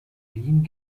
wien